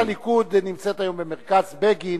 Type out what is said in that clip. סיעת הליכוד נמצאת היום במרכז בגין